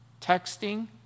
texting